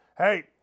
Hey